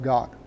God